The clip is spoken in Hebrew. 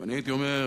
ואני הייתי אומר,